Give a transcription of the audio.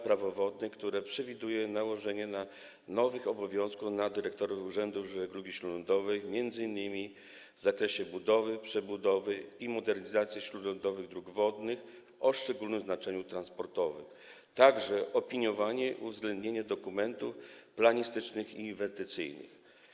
Prawo wodne, która przewiduje nałożenie nowych obowiązków na dyrektorów urzędów żeglugi śródlądowej, m.in. w zakresie budowy, przebudowy i modernizacji śródlądowych dróg wodnych o szczególnym znaczeniu transportowym, a także opiniowania i uzgadniania dokumentów planistycznych i inwestycyjnych.